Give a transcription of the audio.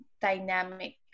dynamic